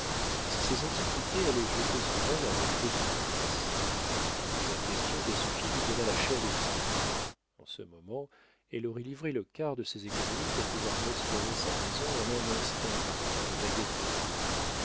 si ces antiquités allaient jeter sur elle un reflet de vieillesse cette question qu'elle se fit lui donna la chair de poule en ce moment elle aurait livré le quart de ses économies pour pouvoir restaurer sa maison en un instant par un coup de baguette de fée